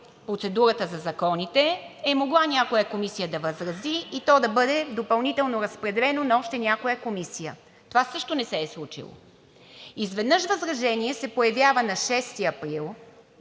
процедурата за законите, е могла някоя комисия да възрази и то да бъде допълнително разпределено на някоя комисия – това също не се е случило. Изведнъж възражение се появява на 6 април